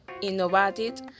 innovative